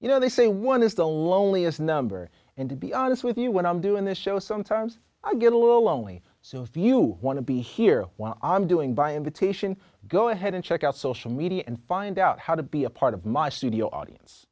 you know they say one is the loneliest number and to be honest with you when i'm doing the show sometimes i get a little lonely so if you want to be here while i'm doing by invitation go ahead and check out social media and find out how to be a part of my studio audience